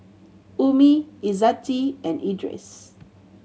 Ummi Izzati and Idris